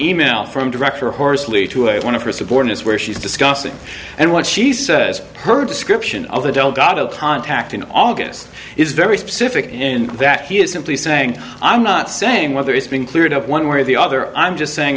e mail from director horsley to one of her subordinates where she's discussing and what she says her description of the delgado contact in august is very specific in that he is simply saying i'm not saying whether it's been cleared up one way or the other i'm just saying